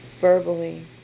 verbally